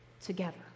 together